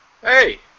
Hey